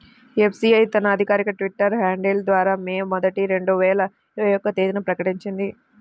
SBI తన అధికారిక Twitter handle ద్వారా మే మొదటి, రెండు వేల ఇరవై ఒక్క తేదీన ప్రకటించింది